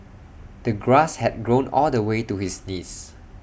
the grass had grown all the way to his knees